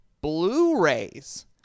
Blu-rays